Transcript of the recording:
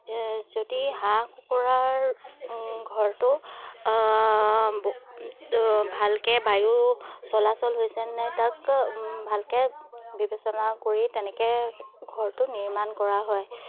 যদি হাঁহ কুকুৰাৰ ঘৰটো ভালকৈ বায়ু চলাচল হৈছে নাই তাক ভালকৈ বিবেচনা কৰি তেনেকৈ ঘৰটো নিৰ্মাণ কৰা হয়